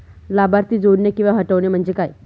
लाभार्थी जोडणे किंवा हटवणे, म्हणजे काय?